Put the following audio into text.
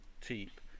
cheap